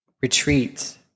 retreat